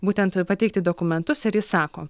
būtent pateikti dokumentus ir jis sako